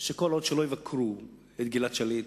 שכל עוד לא יבקרו אצל גלעד שליט,